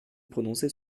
prononcer